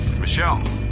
Michelle